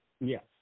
Yes